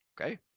okay